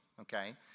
Okay